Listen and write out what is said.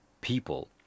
people